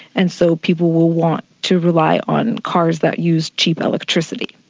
and so people will want to rely on cars that use cheap electricity.